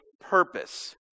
purpose